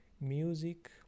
music